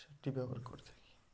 সেটি ব্যবহার করে থাকি